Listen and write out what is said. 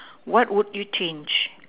what would you change